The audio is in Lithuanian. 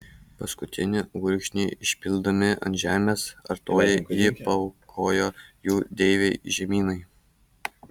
paskutinį gurkšnį išpildami ant žemės artojai jį paaukojo jų deivei žemynai